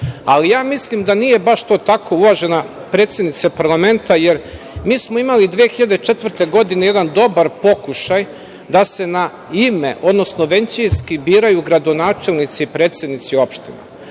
Ali, mislim da to nije baš to tako, uvažena predsednice parlamenta, jer mi smo imali 2004. godine jedan dobar pokušaj da se na ime, odnosno većinski biraju gradonačelnici predsednici opština.